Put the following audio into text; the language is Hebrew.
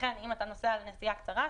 לכן אם אתה נוסע לנסיעה קצרה,